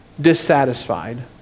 dissatisfied